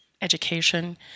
education